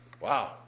Wow